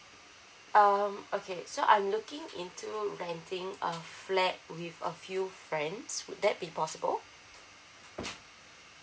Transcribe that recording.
um okay so I'm looking into renting a flat with a few friends would that be possible